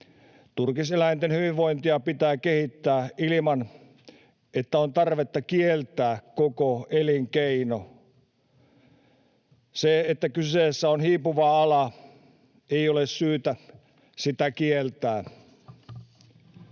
Turkiseläinten hyvinvointia pitää kehittää ilman, että on tarvetta kieltää koko elinkeino. Se, että kyseessä on hiipuva ala, ei ole syy sitä kieltää.